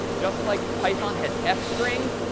just like python has f strings,